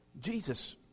Jesus